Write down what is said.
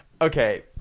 Okay